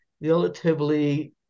relatively